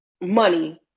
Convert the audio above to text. money